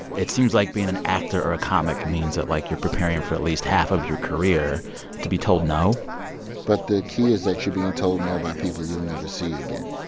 it seems like being an actor or a comic means that, like, you're preparing for at least half of your career to be told no but the key is that you're being told no by people you'll never see you again.